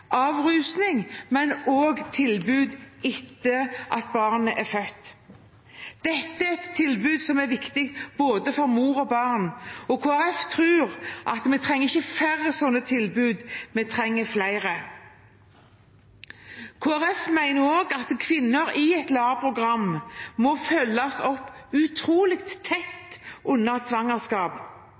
avrusning, men også tilbud etter at barnet er født. Dette er et tilbud som er viktig for både mor og barn, og Kristelig Folkeparti tror ikke vi trenger færre slike tilbud, men flere. Kristelig Folkeparti mener også at kvinner i et LAR-program må følges opp utrolig tett under svangerskap,